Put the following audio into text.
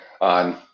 on